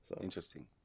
Interesting